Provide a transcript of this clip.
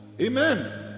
Amen